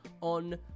on